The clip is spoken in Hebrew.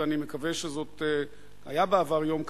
אני מקווה היה בעבר יום כזה,